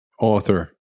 author